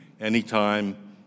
anytime